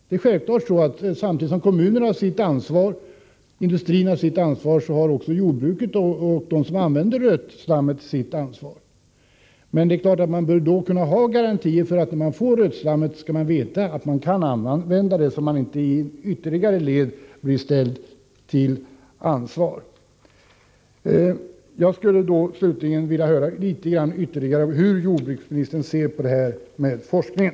Det är självfallet så, att samtidigt som kommunerna har sitt ansvar och industrin har sitt ansvar har också jordbruket och de som använder rötslammet sitt ansvar. Men man bör då kunna ha garantier för att när man får rötslammet kan man använda det, så att man inte blir ställd till ansvar i ytterligare led. Slutligen skulle jag vilja höra litet mer om hur jordbruksministern ser på detta med forskningen.